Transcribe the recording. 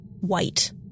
white